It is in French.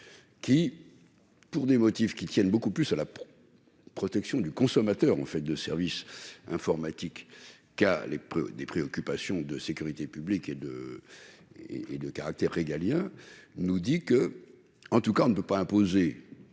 pour des motifs qui tiennent beaucoup plus à la protection du consommateur de services informatiques qu'à des préoccupations de sécurité publique et de nature régalienne, affirme que l'on ne peut pas imposer